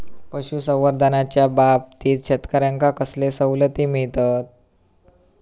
पशुसंवर्धनाच्याबाबतीत शेतकऱ्यांका कसले सवलती मिळतत?